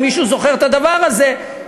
אם מישהו זוכר את הדבר הזה: